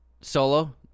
Solo